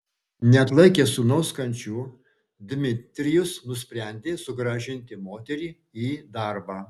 neatlaikęs sūnaus kančių dmitrijus nusprendė sugrąžinti moterį į darbą